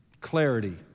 Clarity